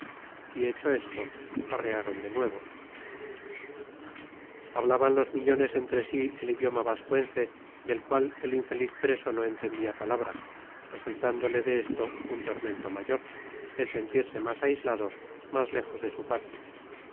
y hecho esto arrearon de nuevo hablaban los miñones entre sí el idioma vascuence del cual el infeliz preso no entendía palabra resultándole de esto un tormento mayor el sentirse más aislado más lejos de su patria